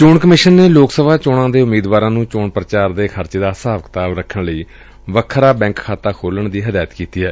ਚੋਣ ਕਮਿਸ਼ਨ ਨੇ ਲੋਕ ਸਭਾ ਚੋਣਾਂ ਦੇ ਉਮੀਦਵਾਰਾਂ ਨੂੰ ਚੋਣ ਪ੍ਚਾਰ ਦੇ ਖਰਚੇ ਦਾ ਹਿਸਾਬ ਕਿਤਾਬ ਰੱਖਣ ਲਈ ਵੱਖਰਾ ਬੈਂਕ ਖਾਤਾ ਖੋਲੁਣ ਦੀ ਹਦਾਇਤ ਕੀਤੀ ਏ